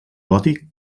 gòtic